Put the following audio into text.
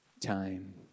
time